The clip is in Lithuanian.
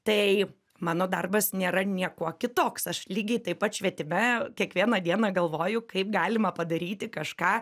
tai mano darbas nėra niekuo kitoks aš lygiai taip pat švietime kiekvieną dieną galvoju kaip galima padaryti kažką